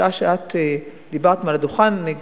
בשעה שאת דיברת מעל הדוכן,